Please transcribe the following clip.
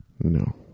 No